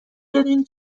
بدونی